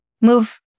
move